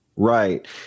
Right